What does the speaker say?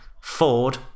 Ford